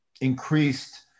increased